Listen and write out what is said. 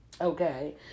okay